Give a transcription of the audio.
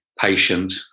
patient